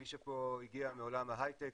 מי שפה הגיע מעולם ההייטק,